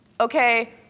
Okay